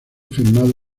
firmado